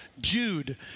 Jude